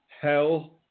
hell